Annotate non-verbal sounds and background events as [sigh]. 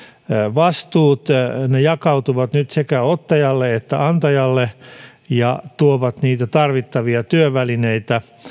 vastuut ne jakautuvat nyt sekä ottajalle että antajalle [unintelligible] ja tuovat niitä työvälineitä